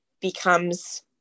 becomes